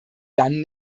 dann